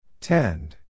Tend